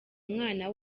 mwana